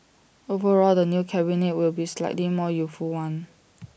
overall the new cabinet will be A slightly more youthful one